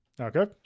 Okay